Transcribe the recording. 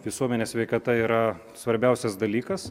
visuomenės sveikata yra svarbiausias dalykas